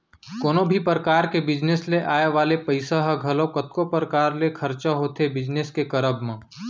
कोनो भी परकार के बिजनेस ले आय वाले पइसा ह घलौ कतको परकार ले खरचा होथे बिजनेस के करब म